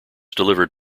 delivered